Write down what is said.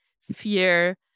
fear